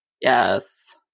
Yes